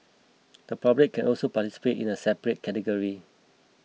the public can also participate in a separate category